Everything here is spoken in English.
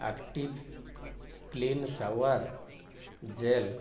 active clean shower gel